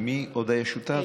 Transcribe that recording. מי עוד היה שותף?